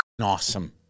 awesome